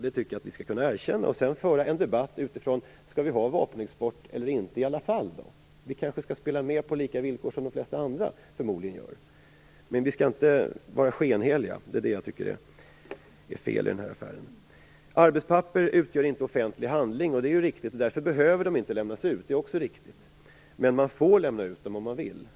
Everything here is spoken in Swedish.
Det tycker jag att vi skall kunna erkänna, och sedan föra en debatt om huruvida vi skall ha vapenexport i alla fall. Vi kanske skall spela med på lika villkor, som de flesta andra förmodligen gör. Men vi skall inte vara skenheliga. Det är det jag tycker är fel i denna affär. Det är riktigt att arbetspapper inte utgör offentlig handling. Därför behöver de inte lämnas ut. Det är också riktigt, men man får lämna ut dem om man vill.